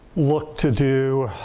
look to do